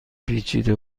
پیچیده